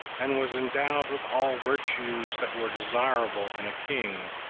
and was endowed with all virtues that were desirable in a king,